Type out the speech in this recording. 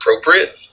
appropriate